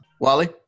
Wally